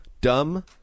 dumb